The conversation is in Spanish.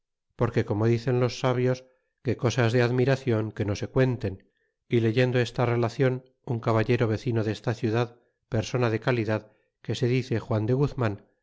porque como dicen los sabios que cosas de admiracion que no se cuenten y leyendo esta relacion un caballero vecino desta ciudad persona decalidad que se dice juan de guzman